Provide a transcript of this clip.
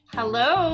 Hello